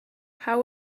how